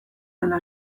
dela